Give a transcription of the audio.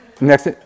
Next